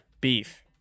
Beef